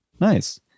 nice